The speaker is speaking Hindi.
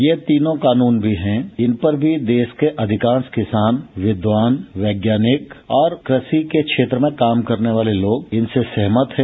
ये तीनों कानून भी है इनपर भी देश के अधिकांश किसान विद्वान वैज्ञानिक और कृषि के क्षेत्र में काम करने वाले लोग इनसे सहमत हैं